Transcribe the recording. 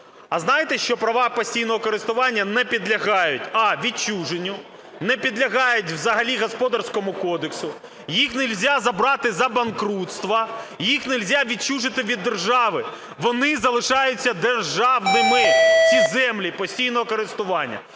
А знаєте, що права постійного користування не підлягають а) відчуженню, не підлягають взагалі Господарському кодексу, їх не можна забрати за банкрутство, їх не можна відчужити від держави, вони залишаються державними, ці землі постійного користування.